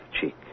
cheek